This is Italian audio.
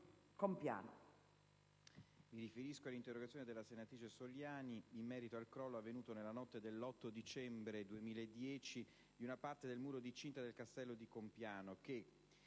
mi riferisco all'interrogazione della senatrice Soliani in merito al crollo, avvenuto nella notte dell'8 dicembre 2010, di una parte del muro di cinta del Castello di Compiano,